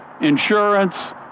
insurance